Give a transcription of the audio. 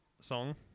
song